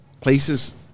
places